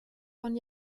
von